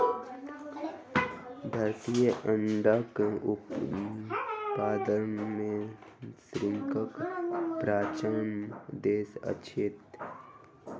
भारत अंडाक उत्पादन मे विश्वक पाँचम देश अछि